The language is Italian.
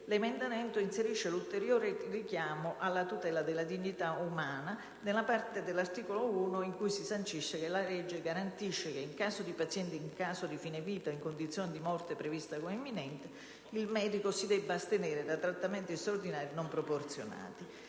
L'emendamento 1.255 inserisce l'ulteriore richiamo alla tutela della dignità umana, nella parte dell'articolo 1 in cui si sancisce che la legge «garantisce che, in casi di pazienti in stato di fine vita o in condizione di morte prevista come imminente, il medico debba astenersi da trattamenti straordinari non proporzionati».